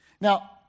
now